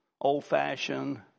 old-fashioned